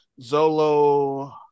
Zolo